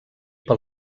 pel